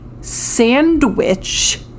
Sandwich